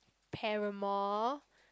Paramore